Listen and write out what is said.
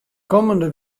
kommende